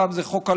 פעם זה חוק על